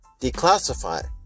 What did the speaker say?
declassify